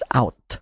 out